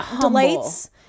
delights